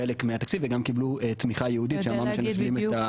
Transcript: חלק מהתקציב וגם קיבלו תמיכה ייעודית שאמרנו שנשלים.